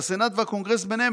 והסנאט והקונגרס ביניהם,